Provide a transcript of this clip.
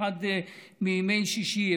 באחד מימי שישי,